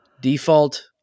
default